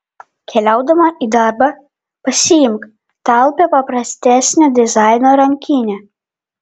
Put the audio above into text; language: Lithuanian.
keliaudama į darbą pasiimk talpią paprastesnio dizaino rankinę